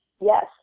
Yes